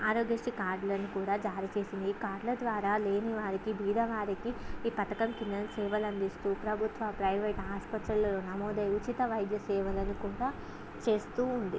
ఆరోగ్యశ్రీ కార్డులను కూడా జారీ చేసింది కార్డుల ద్వారా లేనివారికి బీదవారికి ఈ పథకం కింద సేవలు అందిస్తూ ప్రభుత్వ ప్రైవేటు ఆసుపత్రుల్లో నమోదయి ఉచిత వైద్య సేవలను కూడా చేస్తూ ఉంది